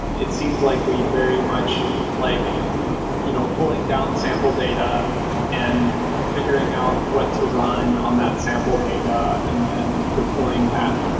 it seems like we very much like you know pulling down sample data and figuring out what to run on that sample data and then deploying that.